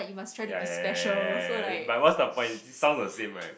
ya ya ya ya ya but what's the point sounds the same right